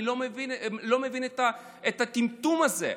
אני לא מבין את הטמטום הזה,